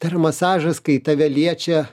tai yra masažas kai tave liečia